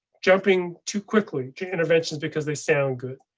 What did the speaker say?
jumping too quickly to interventions because they sound good.